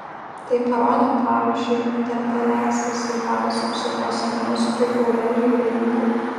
tai parodė pavyzdžiui interpeliacija sveikatos apsaugos ministrui aurelijui verygai